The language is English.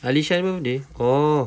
alesya punya birthday oh